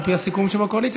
על פי הסיכום שבקואליציה,